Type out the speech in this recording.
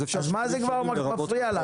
אז מה זה מפריע לך?